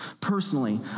Personally